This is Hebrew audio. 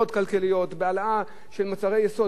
והעלאה של מחירי מוצרי יסוד מי ישלם את זה?